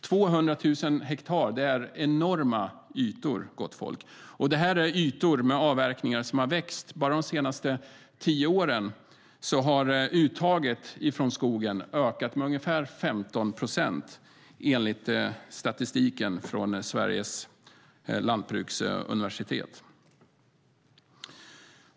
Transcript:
200 000 hektar är enorma ytor, gott folk, och ytorna med avverkningar har växt - bara de senaste tio åren har uttaget från skogen ökat med ungefär 15 procent enligt statistiken från Sveriges lantbruksuniversitet.